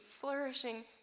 flourishing